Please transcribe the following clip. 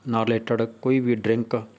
ਨਾਲ ਰਿਲੇਟਡ ਕੋਈ ਵੀ ਡਰਿੰਕ